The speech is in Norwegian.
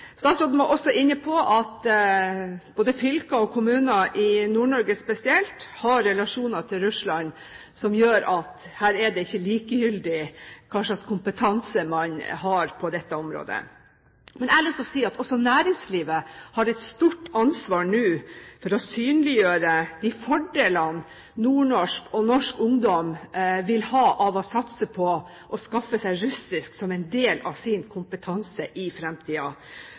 Statsråden var også inne på at både fylker og kommuner i Nord-Norge spesielt har relasjoner til Russland som gjør at det er ikke likegyldig hvilken kompetanse man har på dette området. Jeg har lyst til å si at også næringslivet har et stort ansvar nå for å synliggjøre de fordelene nordnorsk, og norsk, ungdom vil ha av å satse på å skaffe seg russisk som en del av sin kompetanse i